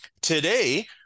Today